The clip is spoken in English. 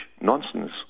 nonsense